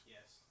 Yes